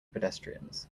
pedestrians